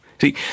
See